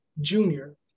junior